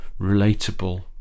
relatable